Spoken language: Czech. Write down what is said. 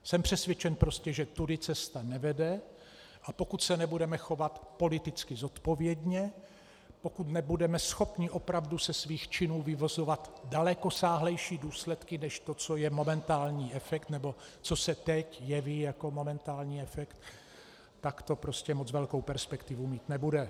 Jsem prostě přesvědčen, že tudy cesta nevede, a pokud se nebudeme chovat politicky zodpovědně, pokud nebudeme schopni opravdu ze svých činů vyvozovat dalekosáhlejší důsledky než to, co je momentální efekt nebo co se teď jeví jako momentální efekt, tak to prostě moc velkou perspektivu mít nebude.